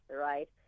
right